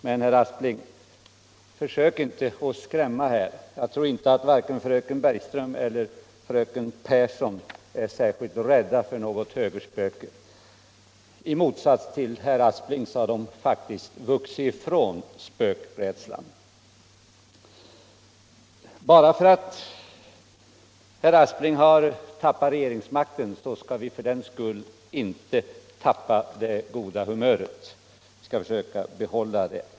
Men, herr Aspling, försök inte skrämma här! Jag tror inte att vare sig fröken Bergström eller fröken Pehrsson är särskilt rädd för några högerspöken. I motsats till herr Aspling har de faktiskt vuxit ifrån spökrädsla. Bara för att herr Aspling har tappat regeringsmakten skall vi ju inte tappa det goda humöret. Vi skall försöka behålla det.